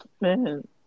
man